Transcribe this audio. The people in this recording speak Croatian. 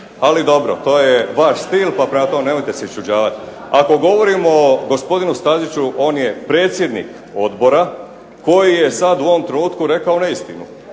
tome, to je vaš stil nemojte se iščuđavati. Ako govorimo o gospodinu STaziću on je predsjednik Odbora koji je sada u ovom trenutku rekao neistinu,